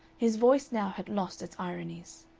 his voice now had lost its ironies.